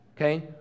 Okay